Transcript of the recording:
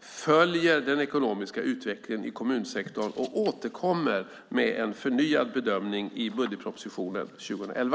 följer den ekonomiska utvecklingen i kommunsektorn och återkommer med en förnyad bedömning i budgetpropositionen för 2011.